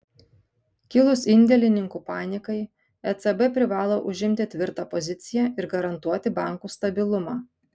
kilus indėlininkų panikai ecb privalo užimti tvirtą poziciją ir garantuoti bankų stabilumą